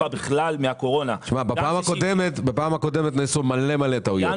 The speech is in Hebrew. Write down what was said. בפעם הקודמת נעשו הרבה טעויות.